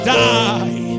die